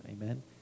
Amen